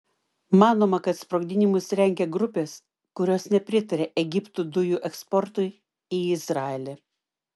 manoma kad sprogdinimus rengia grupės kurios nepritaria egipto dujų eksportui į izraelį